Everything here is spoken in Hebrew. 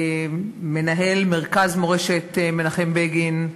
מנהל מרכז מורשת מנחם בגין,